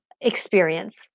experience